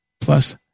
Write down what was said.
plus